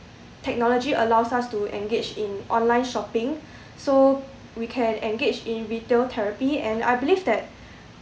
technology allows us to engage in online shopping so we can engage in retail therapy and I believe that